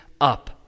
up